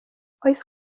oes